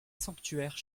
sanctuaire